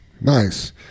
Nice